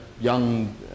young